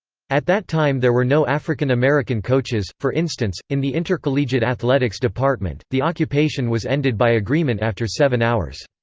at that time there were no african american coaches, for instance, in the intercollegiate athletics department. the occupation was ended by agreement after seven hours.